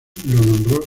nombró